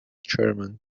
chairman